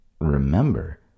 remember